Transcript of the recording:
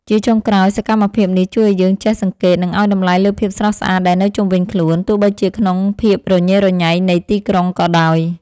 ជាចុងក្រោយ សកម្មភាពនេះជួយឱ្យយើងចេះសង្កេត និងឱ្យតម្លៃលើភាពស្រស់ស្អាតដែលនៅជុំវិញខ្លួន ទោះបីជាក្នុងភាពរញ៉េរញ៉ៃនៃទីក្រុងក៏ដោយ។